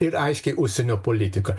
ir aiškiai užsienio politika